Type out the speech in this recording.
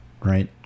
right